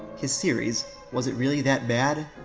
his series, was it really that bad?